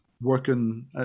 working